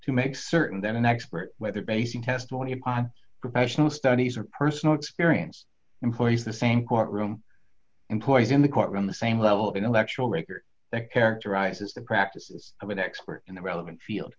to make certain that an expert whether basing testimony on professional studies or personal experience employs the same courtroom and voice in the courtroom the same level of intellectual rigor that characterizes the practices of an expert in the relevant field